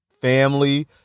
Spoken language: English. family